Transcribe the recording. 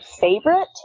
favorite